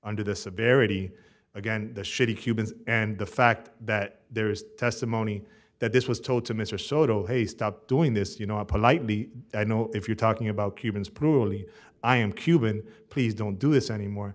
under the severity again the shady cubans and the fact that there is testimony that this was told to mr soto hey stop doing this you know politely i know if you're talking about cubans brulee i am cuban please don't do this anymore